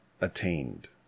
attained